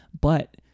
But-